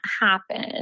happen